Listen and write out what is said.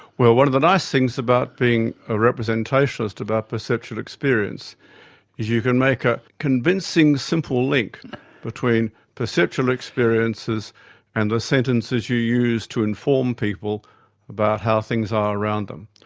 well, one of the nice things about being a representationalist about perceptual experience is you can make a convincing simple link between perceptual experiences and the sentences you use to inform people about how things are around them.